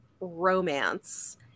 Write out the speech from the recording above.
romance